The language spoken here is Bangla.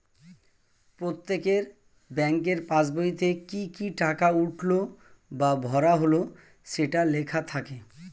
প্রত্যেকের ব্যাংকের পাসবইতে কি কি টাকা উঠলো বা ভরা হলো সেটা লেখা থাকে